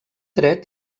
dret